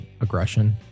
aggression